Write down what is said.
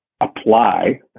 apply